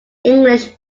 english